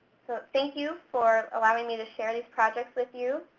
so thank you for allowing me to share these projects with you.